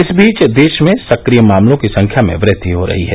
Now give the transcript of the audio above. इस बीच देश में सक्रिय मामलों की संख्या में वृद्धि हो रही है